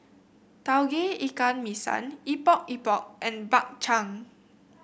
Tauge Ikan Masin Epok Epok and Bak Chang